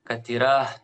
kad yra